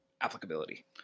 applicability